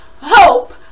hope